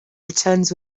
returns